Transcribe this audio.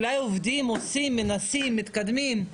אולי עובדים, עושים, מנסים, מתקדמים,